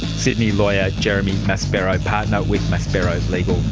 sydney lawyer jeremy maspero, partner with maspero legal.